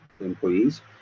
employees